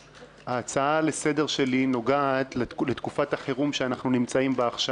ההצעה לסדר שלי נוגעת לתקופת החירום שבה אנחנו נמצאים עכשיו.